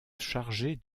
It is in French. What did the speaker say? chargée